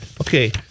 Okay